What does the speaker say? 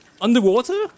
Underwater